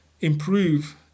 improve